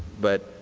but